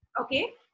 Okay